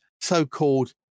so-called